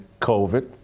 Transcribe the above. COVID